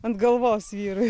ant galvos vyrui